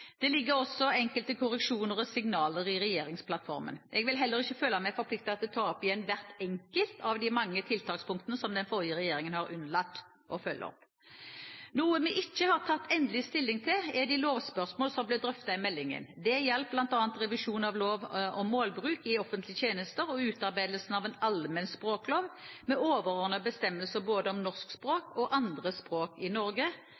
Det ligger også enkelte korreksjoner og signaler i regjeringsplattformen. Jeg vil heller ikke føle meg forpliktet til å ta opp igjen hvert enkelt av de mange tiltakspunktene som den forrige regjeringen har unnlatt å følge opp. Noe vi ikke har tatt endelig stilling til, er de lovspørsmål som ble drøftet i meldingen. Det gjaldt bl.a. revisjon av lov om målbruk i offentlige tjenester og utarbeidelse av en allmenn språklov med overordnede bestemmelser om både norsk språk og andre språk i Norge,